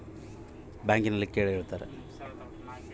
Sir ನನಗೆ Atal pension ಯೋಜನೆ ಬಗ್ಗೆ ಮಾಹಿತಿ ಬೇಕಾಗ್ಯದ ಹೇಳ್ತೇರಾ?